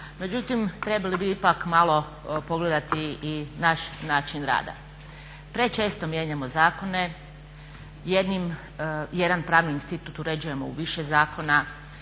međutim trebali bi ipak malo pogledati i naš način rada. Prečesto mijenjamo zakone, jedan pravni institut uređujemo u više zakona,